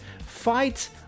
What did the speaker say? Fight